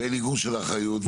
ואין איגום של אחריות.